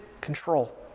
control